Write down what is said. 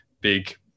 big